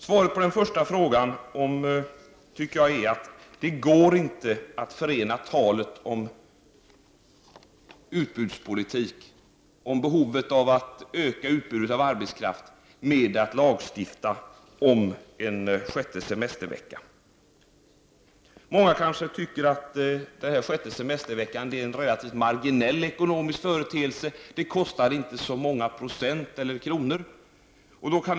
Svaret på den första frågan är att det inte går att förena talet om utbudspolitik, om behovet av att öka utbudet av arbetskraft, med att lagstifta om en sjätte semestervecka. Många tycker kanske att den sjätte semesterveckan är en relativt marginell ekonomisk företeelse. Den kostar inte så mycket räknat vare sig i procent eller i kronor.